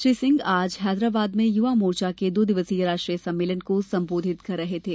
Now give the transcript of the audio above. श्री सिंह आज हैदराबाद में युवा मोर्चा के दो दिवसीय राष्ट्रीय सम्मेलन को संबोधित कर रहे थे